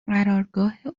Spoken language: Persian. قرارگاه